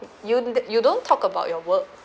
you wouldn't you don't talk about your work